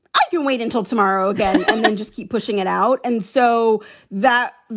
i can wait until tomorrow again and then just keep pushing it out. and so that,